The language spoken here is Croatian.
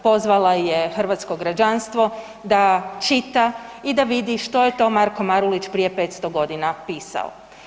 Pozvala je hrvatsko građanstvo da čita i da vidi što je to Marko Marulić prije 500 godina pisao.